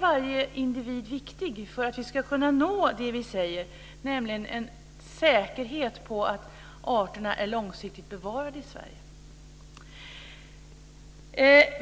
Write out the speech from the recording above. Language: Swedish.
Varje individ är viktig för att vi ska kunna nå det som vi talar om, nämligen en säkerhet när det gäller att arterna är långsiktigt bevarade i Sverige.